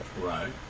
Right